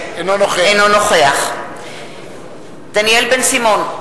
אינו נוכח דניאל בן-סימון,